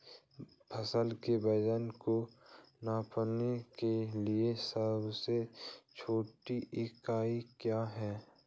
फसल के वजन को नापने के लिए सबसे छोटी इकाई क्या है?